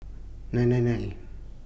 nine nine nine